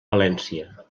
valència